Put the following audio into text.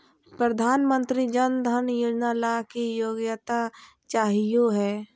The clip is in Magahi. प्रधानमंत्री जन धन योजना ला की योग्यता चाहियो हे?